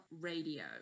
Radio